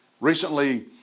Recently